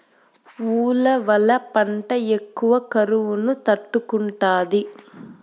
ఉలవల పంట ఎక్కువ కరువును తట్టుకుంటాది